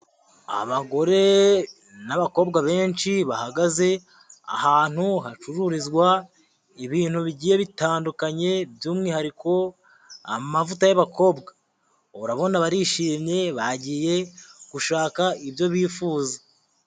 Abagore n'abakobwa benshi bahagaze ahantu hacururizwa ibintu bigiye bitandukanye, by'umwihariko amavuta y'abakobwa, urabona barishimye bagiye gushaka ibyo bifuza.